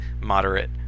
moderate